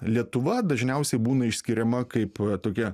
lietuva dažniausiai būna išskiriama kaip tokia